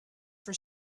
for